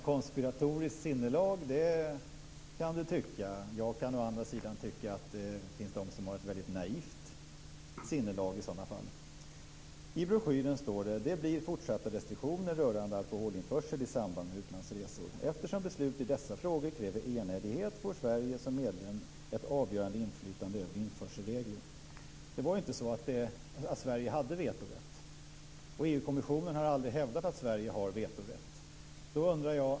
Herr talman! Det kan tyckas vara konspiratoriskt sinnelag. Jag kan å andra sidan tycka att det finns de som har ett väldigt naivt sinnelag i så fall. I broschyren står det: Det blir fortsatta restriktioner rörande alkoholinförsel i samband med utlandsresor. Eftersom beslut i dessa frågor kräver enhällighet får Sverige som medlem ett avgörande inflytande över införselreglerna. Det var inte så att Sverige hade vetorätt. EU kommissionen har aldrig hävdat att Sverige hade vetorätt.